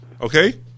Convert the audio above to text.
Okay